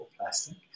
plastic